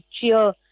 cheer